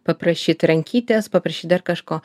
paprašyti rankytės paprašyti dar kažko